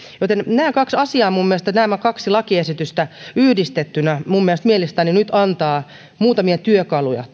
joten nämä kaksi asiaa nämä kaksi lakiesitystä yhdistettynä minun mielestäni mielestäni nyt antavat muutamia työkaluja